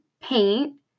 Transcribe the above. paint